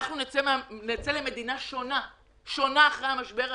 אנחנו נצא למדינה שונה אחרי המשבר הזה.